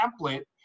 template